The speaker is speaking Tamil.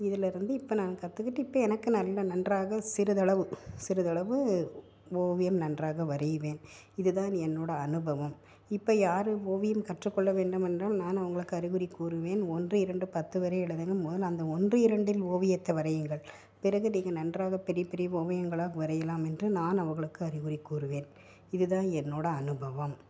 இதுலேருந்து இப்போ நான் கத்துக்கிட்டு இப்போ எனக்கு நல்ல நன்றாக சிறிதளவு சிறிதளவு ஓவியம் நன்றாக வரைவேன் இதுதான் என்னோட அனுபவம் இப்போ யாரு ஓவியம் கற்றுக்கொள்ள வேண்டுமென்றால் நான் அவங்களுக்கு அறிவுரை கூறுவேன் ஒன்று இரண்டு பத்து வரை எழுதுங்க முதல்ல அந்த ஒன்று இரண்டில் ஓவியத்தை வரையுங்கள் பிறகு நீங்கள் நன்றாக பெரிய பெரிய ஓவியங்களா வரையலாம் என்று நான் அவர்களுக்கு அறிவுரை கூறுவேன் இதுதான் என்னோட அனுபவம்